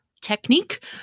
technique